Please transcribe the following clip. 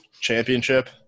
championship